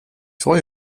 freue